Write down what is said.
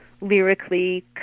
lyrically